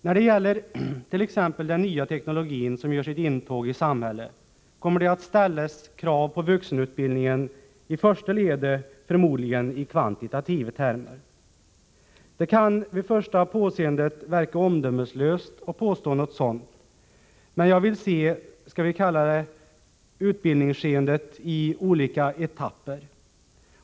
När det gäller t.ex. den nya teknologin, som gör sitt intåg i samhället, kommer det att ställas krav på vuxenutbildningen — i första ledet förmodligen i kvantitativa termer. Det kan vid första påseendet verka omdömeslöst att påstå något sådant, men jag vill se utbildningsskeendet, om vi kan kalla det så, i olika etapper.